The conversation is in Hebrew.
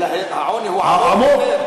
אלא העוני הוא עמוק יותר,